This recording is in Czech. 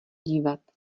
dívat